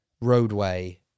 roadway